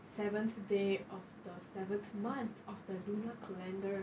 seventh day of the seventh month of the lunar calendar